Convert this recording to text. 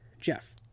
Jeff